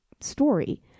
story